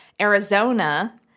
Arizona